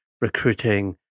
recruiting